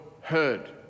heard